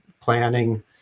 planning